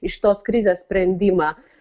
iš tos krizės sprendimą